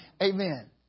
Amen